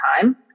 time